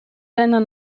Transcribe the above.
deiner